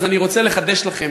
אז אני רוצה לחדש לכם: